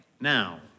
now